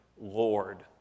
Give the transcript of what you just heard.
Lord